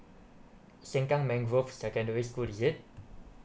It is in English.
sengkang mangrove secondary school is it